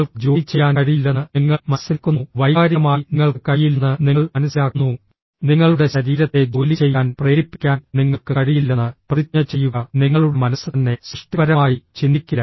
നിങ്ങൾക്ക് ജോലി ചെയ്യാൻ കഴിയില്ലെന്ന് നിങ്ങൾ മനസ്സിലാക്കുന്നു വൈകാരികമായി നിങ്ങൾക്ക് കഴിയില്ലെന്ന് നിങ്ങൾ മനസ്സിലാക്കുന്നു നിങ്ങളുടെ ശരീരത്തെ ജോലി ചെയ്യാൻ പ്രേരിപ്പിക്കാൻ നിങ്ങൾക്ക് കഴിയില്ലെന്ന് പ്രതിജ്ഞ ചെയ്യുക നിങ്ങളുടെ മനസ്സ് തന്നെ സൃഷ്ടിപരമായി ചിന്തിക്കില്ല